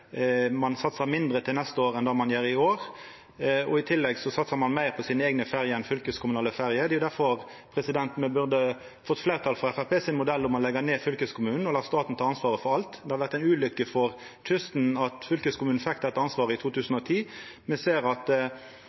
ein satsar mindre til neste år enn det ein gjer i år, og i tillegg satsar ein meir på sine eigne ferjer enn på fylkeskommunale ferjer. Det er difor me burde fått fleirtal for Framstegspartiets modell om å leggja ned fylkeskommunen og la staten ta ansvaret for alt. Det har vore ei ulukke for kysten at fylkeskommunen fekk dette ansvaret i 2010. Me ser at